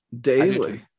daily